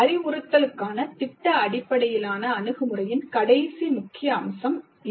அறிவுறுத்தலுக்கான திட்ட அடிப்படையிலான அணுகுமுறையின் கடைசி முக்கிய அம்சம் இதுவாகும்